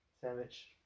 Sandwich